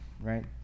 right